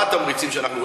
מה התמריצים שאנחנו,